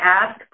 ask